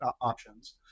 options